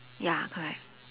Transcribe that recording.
ya correct